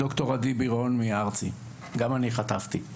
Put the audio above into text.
ד"ר עדי בירון, גם אני חטפתי.